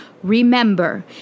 Remember